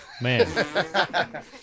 Man